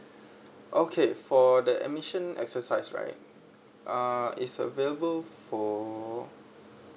okay for the admission exercise right uh is available for